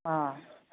অঁ